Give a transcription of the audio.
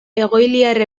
egoiliar